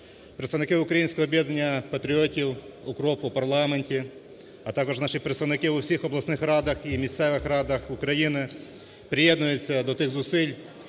Представники "Українського об'єднання патріотів - УКРОП" у парламенті, а також наші представники в усіх обласних радах і місцевих радах України приєднуються до тих зусиль,